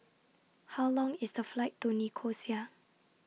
How Long IS The Flight to Nicosia